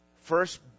first